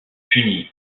puni